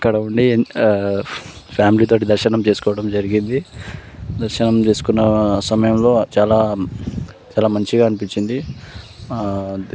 అక్కడ ఉండి ఫ్యామిలీతో దర్శనం చేసుకోవడం జరిగింది దర్శనం చేసుకున్న సమయంలో చాలా చాలా మంచిగా అనిపించింది అంతే